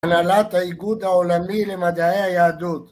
בנהלת האיגוד העולמי למדעי היהדות